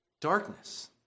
Darkness